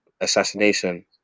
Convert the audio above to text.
assassination